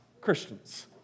Christians